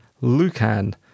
Lucan